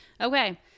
Okay